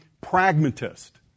pragmatist